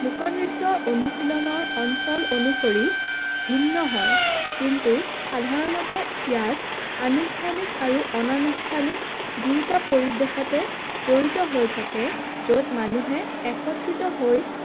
লোকনৃত্যৰ অনুশীলনৰ অঞ্চল অনুসৰি ভিন্ন হয় কিন্তু সাধাৰণতে ইয়াত আনুষ্ঠানিক আৰু অনানুষ্ঠানিক দুয়োটা পৰিৱেশতে জড়িত হৈ থাকে য'ত মানুহে একত্ৰিত হৈ